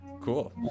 Cool